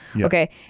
Okay